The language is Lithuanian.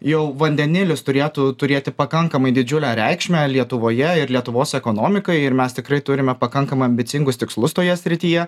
jau vandenilis turėtų turėti pakankamai didžiulę reikšmę lietuvoje ir lietuvos ekonomikai ir mes tikrai turime pakankamai ambicingus tikslus toje srityje